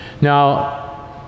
Now